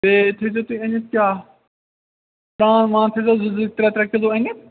بیٚیہِ تھٲیزیٛو تُہۍ أنِتھ کیٛاہ وان تھٲیزیٛو زٕ زٕ ترٛےٚ ترٛےٚ کِلوٗ أنِتھ